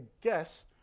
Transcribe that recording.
guess